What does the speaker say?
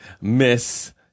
Miss